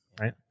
right